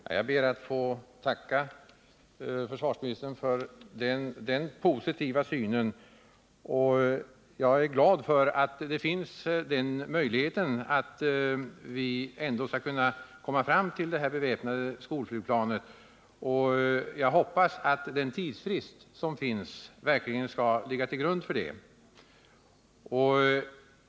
Herr talman! Jag ber att få tacka försvarsministern för den positiva syn han nu gav uttryck åt, och jag är glad för att möjligheten finns att vi ändå skall kunna komma fram till det här beväpnade skolflygplanet. Jag hoppas att övervägandena under den tidsfrist som finns verkligen skall läggas till grund för detta.